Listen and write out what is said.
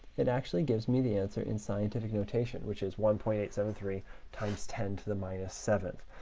it actually gives me the answer in scientific notation, which is one point eight seven three times ten to the minus seventh.